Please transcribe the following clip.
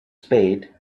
spade